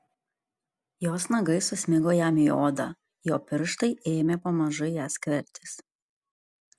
jos nagai susmigo jam į odą jo pirštai ėmė pamažu į ją skverbtis